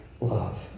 love